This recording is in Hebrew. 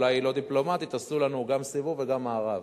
אולי לא דיפלומטית: עשו לנו גם סיבוב וגם מארב,